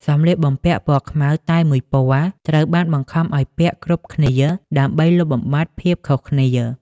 សម្លៀកបំពាក់ពណ៌ខ្មៅតែមួយពណ៌ ត្រូវបានបង្ខំឱ្យពាក់គ្រប់គ្នាដើម្បីលុបបំបាត់ភាពខុសគ្នា។